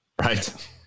right